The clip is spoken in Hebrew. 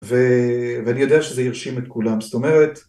ואני יודע שזה ירשים את כולם, זאת אומרת